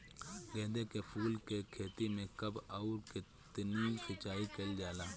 गेदे के फूल के खेती मे कब अउर कितनी सिचाई कइल जाला?